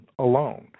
alone